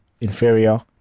inferior